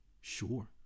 Sure